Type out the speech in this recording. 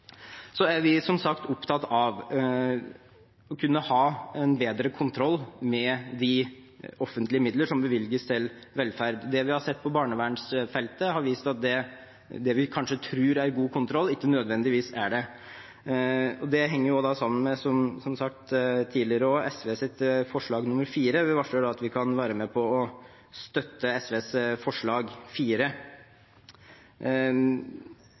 er som sagt opptatt av å kunne ha bedre kontroll med de offentlige midler som bevilges til velferd. Det vi har sett på barnevernsfeltet, har vist at det vi kanskje tror er god kontroll, ikke nødvendigvis er det. Det henger også sammen med, som tidligere sagt, SVs forslag nr. 4, og vi varsler at vi kan være med og støtte det. Ellers støtter vi i utgangspunktet det som står i Senterpartiets forslag